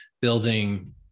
building